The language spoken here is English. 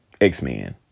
X-Men